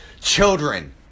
Children